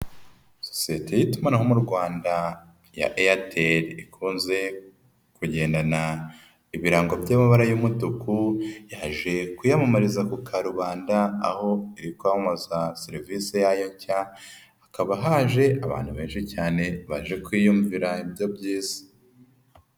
Sosiyete y'itumanaho Rwanda ya Airtel ikunze kugendana ibirango by'amabara y'umutuku yaje kwiyamamariza ku karubanda aho iri kwamamaza serivisi yayo nshya hakaba haje abantu benshi cyane baje kwiyumvira ibyo byiza.